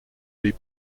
les